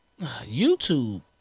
YouTube